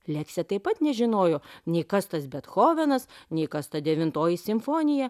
leksė taip pat nežinojo nei kas tas bethovenas nei kas ta devintoji simfonija